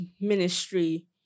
ministry